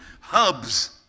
hubs